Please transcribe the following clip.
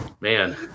man